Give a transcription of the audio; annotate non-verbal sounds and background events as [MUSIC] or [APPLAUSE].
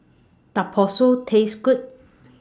[UNINTELLIGIBLE] Taste Good